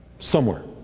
somewhere,